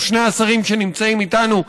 או שני השרים שנמצאים איתנו,